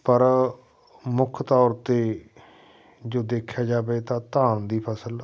ਪਰ ਮੁੱਖ ਤੌਰ 'ਤੇ ਜੇ ਦੇਖਿਆ ਜਾਵੇ ਤਾਂ ਧਾਨ ਦੀ ਫਸਲ